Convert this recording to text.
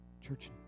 church